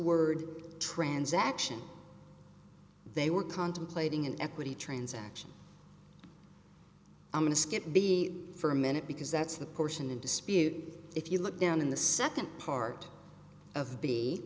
word transaction they were contemplating an equity transaction i'm going to skip b for a minute because that's the portion in dispute if you look down in the second part of